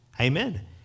Amen